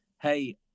hey